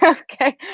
ah okay,